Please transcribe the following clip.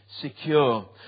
secure